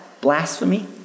blasphemy